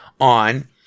on